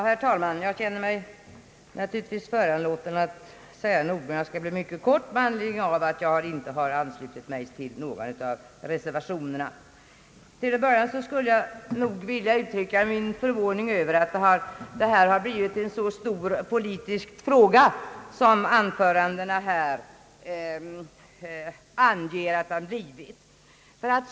Herr talman! Jag känner mig naturligtvis föranlåten att säga några ord eftersom jag inte har anslutit mig till någon av reservationerna men skall fatta mig kort. Till att börja med vill jag uttrycka min förvåning över att detta har blivit en så stor politisk fråga som anförandena tyder på.